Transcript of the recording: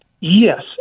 Yes